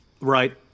Right